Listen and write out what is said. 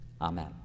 amen